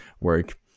work